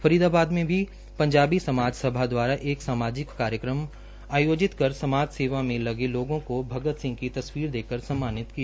फरीदाबाद में भी पंजाबी समाज सभा द्वारा एक सामाजिक कार्यकम आयोजित कर समाज सेवा में लगे लोगों को भगत सिह की तस्वीर देकर सम्मानित किया